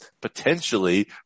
potentially